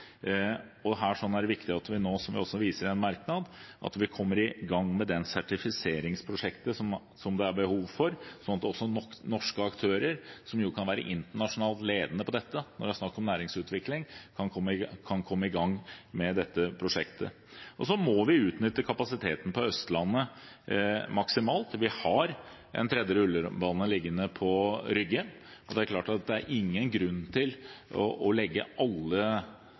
støy. Her er det viktig at vi nå, som vi også viser til i en merknad, kommer i gang med det sertifiseringsprosjektet som det er behov for, sånn at også norske aktører, som jo kan være internasjonalt ledende på dette når det er snakk om næringsutvikling, kan komme i gang med dette prosjektet. Og så må vi utnytte kapasiteten på Østlandet maksimalt. Vi har en tredje rullebane som ligger på Rygge. Det er klart at det ikke er noen grunn til å legge til rette for at alle